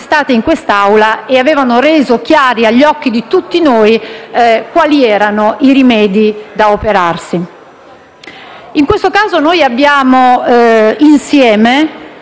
manifestate in quest'Aula ed avevano reso chiaro agli occhi di tutti noi quali erano i rimedi da operare. In questo caso, noi abbiamo